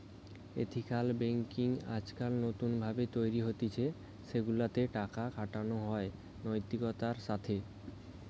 ethical banking আজকাল নতুন ভাবে তৈরী হতিছে সেগুলা তে টাকা খাটানো হয় নৈতিকতার সাথে